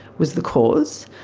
was the cause.